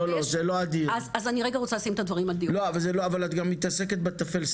זה לא הדיון, ואת גם מתעסקת בטפל.